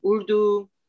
Urdu